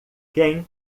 quem